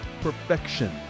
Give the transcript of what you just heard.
perfection